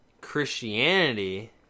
Christianity